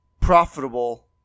profitable